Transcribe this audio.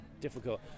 difficult